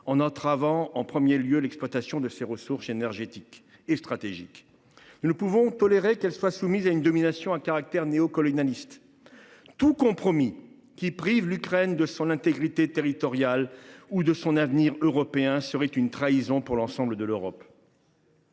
en entravant en premier lieu l’exploitation de ses ressources stratégiques. Nous ne pouvons pas tolérer qu’elle soit soumise à une domination à caractère néocolonialiste. Tout compromis privant l’Ukraine de son intégrité territoriale ou de son avenir européen serait une trahison pour l’ensemble de l’Europe.